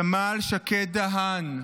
סמל שקד דהן,